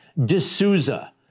D'Souza